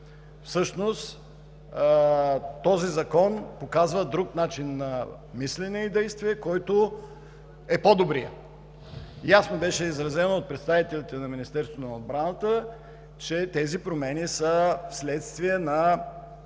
Всъщност този закон показва друг начин на мислене и действие, който е по-добрият. Ясно беше изразено от представителите на Министерството на отбраната, че промените са вследствие на